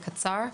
הוא קצר.